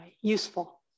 useful